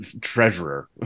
treasurer